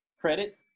credit